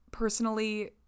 personally